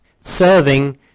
Serving